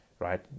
Right